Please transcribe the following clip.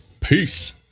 Peace